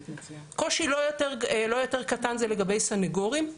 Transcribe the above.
קושי לא יותר קטן הוא לגבי סניגורים.